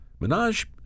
Minaj